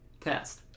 Test